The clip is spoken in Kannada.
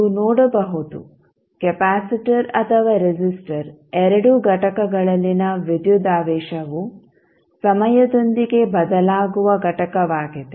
ನೀವು ನೋಡಬಹುದು ಕೆಪಾಸಿಟರ್ ಅಥವಾ ರೆಸಿಸ್ಟರ್ ಎರಡೂ ಘಟಕಗಳಲ್ಲಿನ ವಿದ್ಯುದಾವೇಶವು ಸಮಯದೊಂದಿಗೆ ಬದಲಾಗುವ ಘಟಕವಾಗಿದೆ